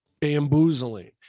bamboozling